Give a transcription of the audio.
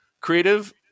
creative